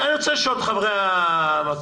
אני רוצה לשאול את חברי הכנסת.